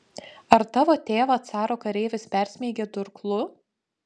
ar tavo tėvą caro kareivis persmeigė durklu